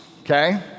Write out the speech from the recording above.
okay